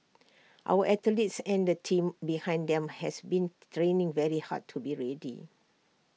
our athletes and the team behind them has been training very hard to be ready